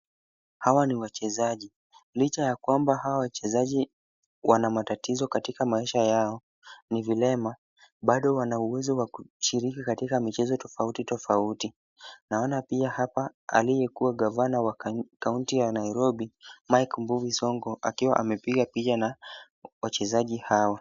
Hawa ni wachezaji. Licha ya kwamba hawa wachezaji wana matatizo katika maisha yao, ni vilema, bado wana uwezo wa kushiriki katika michezo tofauti tofauti. Naona pia hapa aliyekuwa gavana wa kaunti ya Nairobi Mike Mbuvi Sonko akiwa amepiga picha na wachezaji hawa.